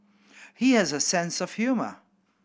he has a sense of humour